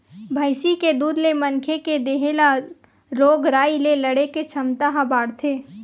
भइसी के दूद ले मनखे के देहे ल रोग राई ले लड़े के छमता ह बाड़थे